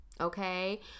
okay